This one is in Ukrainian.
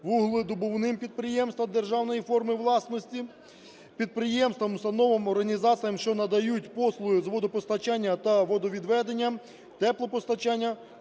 вугледобувним підприємствам державної форми власності, підприємствам, установам, організаціям, що надають послуги з водопостачання та водовідведення, теплопостачання,